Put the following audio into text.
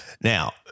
Now